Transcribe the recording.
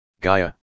Gaia